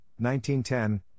1910